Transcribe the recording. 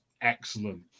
excellent